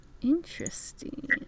Interesting